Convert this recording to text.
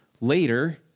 later